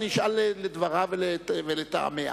אני אשאל לדברה ולטעמיה